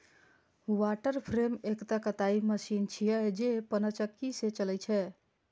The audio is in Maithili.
वाटर फ्रेम एकटा कताइ मशीन छियै, जे पनचक्की सं चलै छै